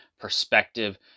perspective